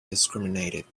discriminated